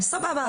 סבבה,